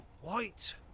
White